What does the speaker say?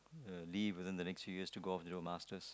uh leave within the next few years to go off do masters